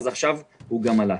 שעכשיו גם עלה.